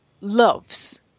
loves